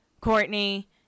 Courtney